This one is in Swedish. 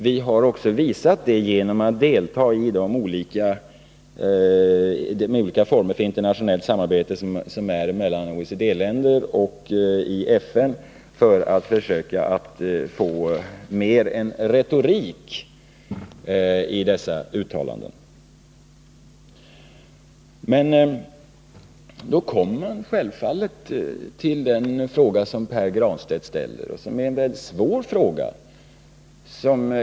Vi har också visat det genom att delta i de olika former av internationellt samarbete som förekommer mellan OECD-länder och i FN för att försöka få mer än retorik i deras uttalanden. Här kommer man självfallet till den fråga som herr Granstedt ställer och som är en väldigt svår fråga.